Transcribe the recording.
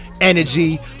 Energy